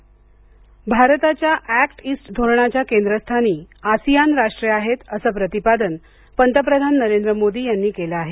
पंतप्रधान आसिआन भारताच्या act east धोरणाच्या केंद्रस्थानी आसिआन राष्ट्रे आहेत असं प्रतिपादन पंतप्रधान नरेंद्र मोदी यांनी केलं आहे